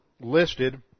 listed